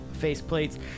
faceplates